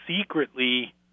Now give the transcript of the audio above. secretly